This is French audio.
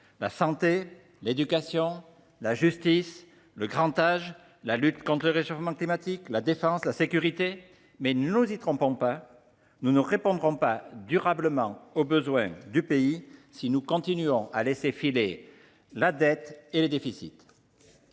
la santé, l’éducation, la justice, le grand âge, la lutte contre le réchauffement climatique, la défense, la sécurité. Ne nous y trompons pas, nous ne répondrons pas durablement aux besoins du pays si nous continuons à laisser filer la dette et les déficits.